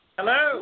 Hello